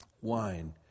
wine